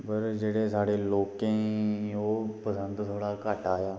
पर जेह्ड़े साढ़े लोकें गी ओह् पसंद थोह्ड़ा घट्ट आया